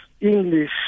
English